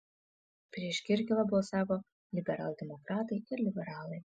prieš kirkilą balsavo liberaldemokratai ir liberalai